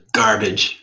garbage